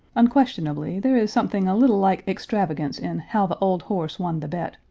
unquestionably there is something a little like extravagance in how the old horse won the bet,